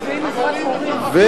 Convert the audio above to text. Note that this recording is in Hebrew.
שאלתי אם זה עם עזרת מורים.